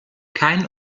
kein